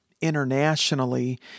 internationally